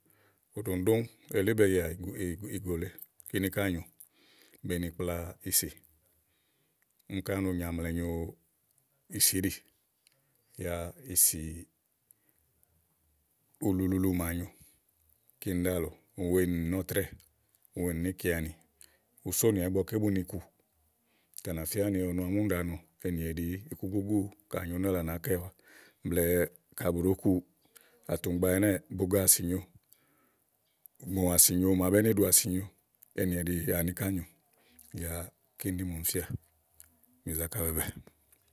òɖòŋɖóŋú elí ówó be yìà ówò nìgò lèe kíni ká nyòo be ni kpla ìsì. kíni ká no nyo amlɛ nyo amlɛ nyo ìsì íɖì yá ìsì ulu luulu màa nyo kíni ɖálɔ̀ɔ, ùwèe nì nì nɔ́ɔ̀trɛ́ɛ, ùwèenì nì níìkeanì ùú sonìà ígbɔké bu nì kù tè à nà fia ni ɔnɔ àámi úni ɖàa nɔ ènìèɖì ikugúgú ka à nyo úna lèe à nàá kɛ wàa blɛ̀ɛ ka bù ɖòó ku àtùŋgba ɛnɛ́ɛ̀ buga ásì nyòo, ùŋò àsì màa bèé ni ɖù àsì nyòo ènìèɖì àni ká a nyo yá kíni ɖí màa ɔmi fíà bì zákà bɛ̀ɛɛ̀bɛ̀ɛ.